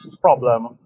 problem